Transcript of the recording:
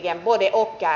arvoisa puhemies